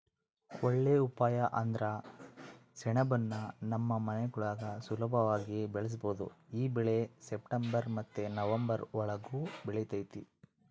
ಒಳ್ಳೇ ಉಪಾಯ ಅಂದ್ರ ಸೆಣಬುನ್ನ ನಮ್ ಮನೆಗುಳಾಗ ಸುಲುಭವಾಗಿ ಬೆಳುಸ್ಬೋದು ಈ ಬೆಳೆ ಸೆಪ್ಟೆಂಬರ್ ಮತ್ತೆ ನವಂಬರ್ ಒಳುಗ ಬೆಳಿತತೆ